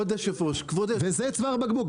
זה צוואר בקבוק.